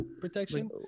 protection